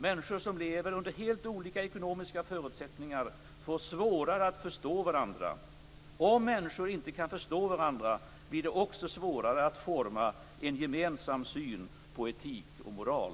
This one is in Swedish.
Människor som lever under helt olika ekonomiska förutsättningar får svårare att förstå varandra. Om människor inte kan förstå varandra blir det också svårare att forma en gemensam syn på etik och moral.